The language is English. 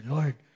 Lord